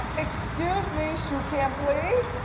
excuse me, shoe cam, please.